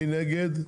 מי נגד?